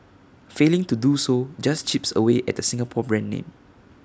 failing to do so just chips away at the Singapore brand name